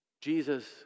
Jesus